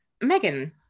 Megan